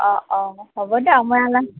অঁ অঁ হ'ব দে